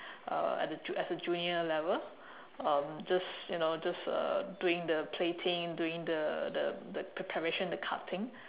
uh at a as a junior level um just you know just uh doing the plating doing the the the preparation the cutting